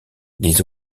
les